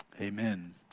Amen